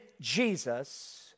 Jesus